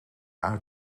uit